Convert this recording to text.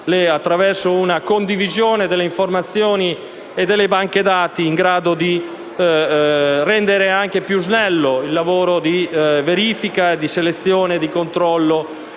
attraverso una condivisione delle informazioni e delle banche dati per rendere più snello il lavoro di verifica, di selezione e di controllo,